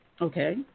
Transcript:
Okay